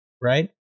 right